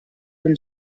from